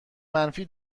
منفی